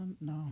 No